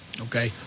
Okay